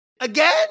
again